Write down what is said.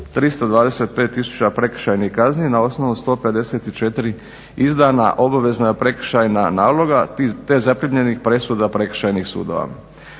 325 tisuća prekršajnih kazni na osnovu 154 izdana obavezna prekršajna naloga te zaprimljenih presuda prekršajnih sudova.